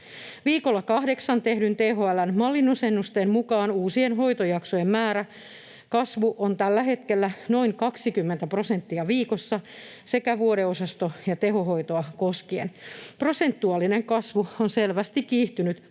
Viikolla 8 tehdyn THL:n mallinnusennusteen mukaan uusien hoitojaksojen määrän kasvu on tällä hetkellä noin 20 prosenttia viikossa sekä vuodeosasto- että tehohoitoa koskien. Prosentuaalinen kasvu on selvästi kiihtynyt